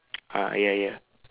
ah ya ya